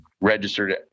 registered